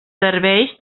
serveix